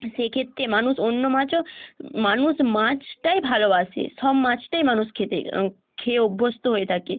সেক্ষেত্রে মানুষ অন্য মাছও মানুষ মাছটাই ভালোবাসে সব মাছটাই মানুষ খেতে খেয়ে অভ্যস্ত হয়ে থাকে